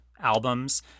albums